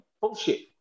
bullshit